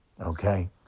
okay